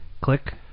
click